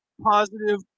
positive